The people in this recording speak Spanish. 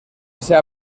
sea